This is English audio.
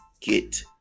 get